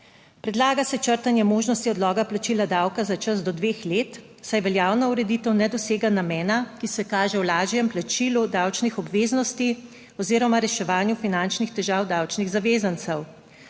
Predlaga se črtanje možnosti odloga plačila davka za čas do dveh let, saj veljavna ureditev ne dosega namena, ki se kaže v lažjem plačilu davčnih obveznosti oziroma reševanju finančnih težav davčnih zavezancev.